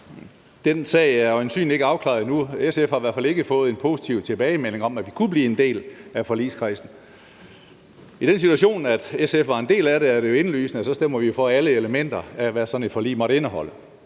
Den sag er øjensynlig ikke afklaret endnu – SF har i hvert fald ikke fået en positiv tilbagemelding om, at vi kunne blive en del af forligskredsen. I den situation, at SF var en del af det, ville det jo være indlysende, at vi stemte for alle elementer af, hvad sådan et forlig måtte indeholde.